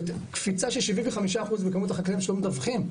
קפיצה של 75% בכמות של החקלאים שלא מדווחים,